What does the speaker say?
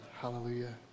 Hallelujah